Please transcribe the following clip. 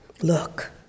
look